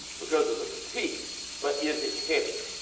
because of the fatigue but is it heavy?